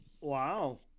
wow